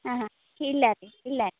ಹಾಂ ಹಾಂ ಇಲ್ಲ ರೀ ಇಲ್ಲ